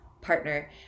partner